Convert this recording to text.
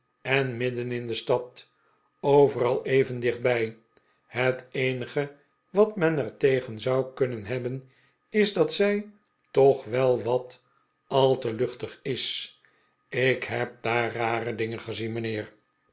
en midden in de stad overal even dicht bij het eenige wat men er tegeh zou kunnen hebben is dat zij toch wel wat al te luchtig is ik heb daar rare dingen gezien mijnheer